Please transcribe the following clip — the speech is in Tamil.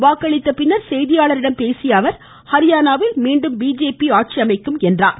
வாக்களித்த பின்னர் செய்தியாளர்களிடம் பேசியஅவர் ஹரியானாவில் மீண்டும் பிஜேபி ஆட்சியமைக்கும் என்றார்